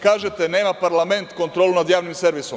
Kažete – nema parlament kontrolu nad javnim servisom.